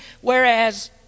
whereas